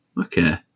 okay